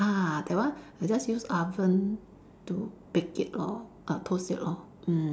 ah that one I just use oven to bake it lor uh toast it lor